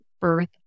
birth